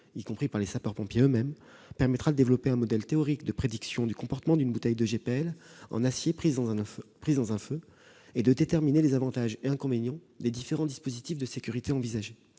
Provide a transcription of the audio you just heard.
y compris par les sapeurs-pompiers eux-mêmes, permettra de développer un modèle théorique de prédiction du comportement d'une bouteille de GPL en acier prise dans un feu et de déterminer les avantages et inconvénients des différents dispositifs de sécurité envisagés.